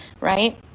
Right